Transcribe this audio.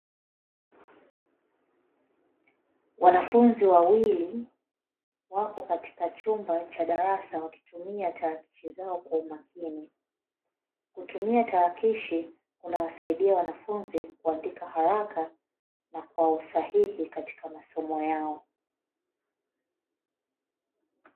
Wanafunzi wawili wapo katika chumba cha darasa wakitumia tarakishi zao kwa umakini; kutumia tarakishi kunawasaidia wanafunzi kuandika haraka na kwa usahihi katika masomo yao.